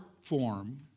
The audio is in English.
form